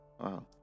Wow